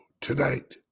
Tonight